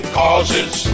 causes